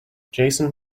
jason